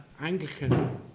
Anglican